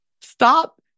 Stop